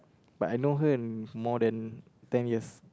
but I know her and more than ten years